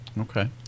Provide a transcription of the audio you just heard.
okay